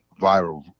viral